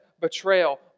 betrayal